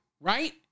right